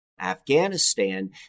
Afghanistan